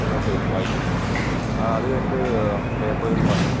മുന്നോട്ട് വായിക്കും അതുകഴിഞ്ഞിട്ട് പേപ്പറുകൾ മറിച്ച്